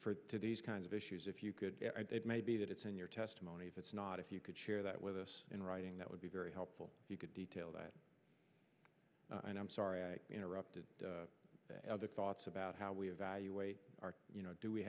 to to these kinds of issues if you could maybe that it's in your testimony if it's not if you could share that with us in writing that would be very helpful if you could detail that and i'm sorry i interrupted the other thoughts about how we evaluate our you know do we